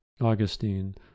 Augustine